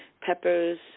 Peppers